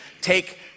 take